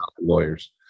lawyers